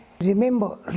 Remember